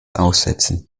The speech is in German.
aussetzen